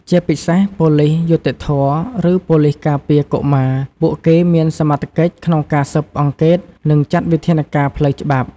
ជាពិសេសប៉ូលិសយុត្តិធម៌ ឬប៉ូលិសការពារកុមារ ពួកគេមានសមត្ថកិច្ចក្នុងការស៊ើបអង្កេត និងចាត់វិធានការផ្លូវច្បាប់។